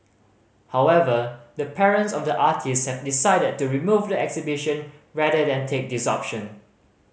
however the parents of the artists have decided to remove the exhibition rather than take this option